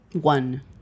One